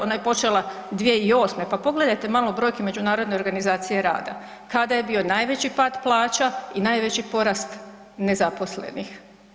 Ona je počela 2008., pa pogledajte malo brojke Međunarodne organizacije rada kada je bio najveći pad plaća i najveći porast nezaposlenih.